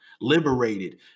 liberated